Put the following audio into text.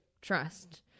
trust